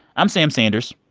i'm sam sanders.